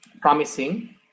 promising